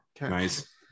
Nice